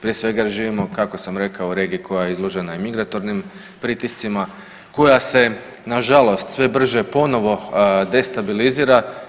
Prije svega jer živimo kako sam rekao u regiji koja je izložena i migrantornim pritiscima, koja se na žalost sve brže ponovo destabilizira.